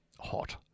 Hot